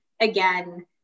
again